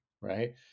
right